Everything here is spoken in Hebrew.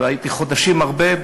והייתי חודשים הרבה,